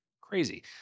Crazy